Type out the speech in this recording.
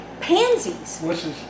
pansies